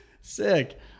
sick